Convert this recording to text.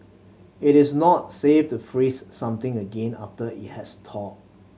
it is not safe to freeze something again after it has thawed